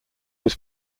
was